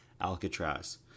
Alcatraz